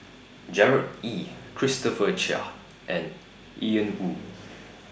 Gerard Ee Christopher Chia and Ian Woo